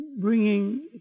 bringing